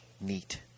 neat